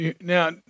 Now